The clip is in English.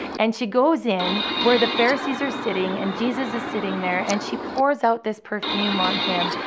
and she goes in where the pharisees are sitting and jesus is sitting there and she pours out this perfume on him.